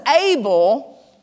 able